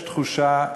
יש תחושה,